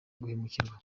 guhemukirwa